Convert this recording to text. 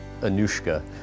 Anushka